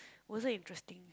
wasn't interesting